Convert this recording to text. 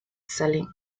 selling